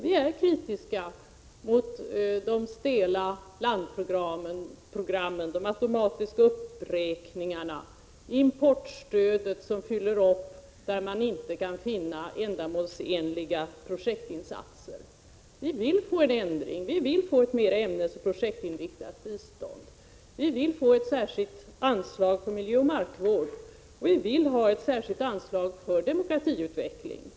Vi är kritiska mot de stela landramsprogrammen, de automatiska uppräkningarna, importstödet som fyller upp där man inte kan finna ändamålsenliga projektinsatser. Vi vill få en ändring, vi vill få ett mera ämnesoch projektinriktat bistånd. Vi vill ha ett särskilt anslag för miljöoch markvård, och ett särskilt anslag för demokratiutveckling.